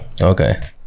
okay